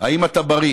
האם אתה בריא?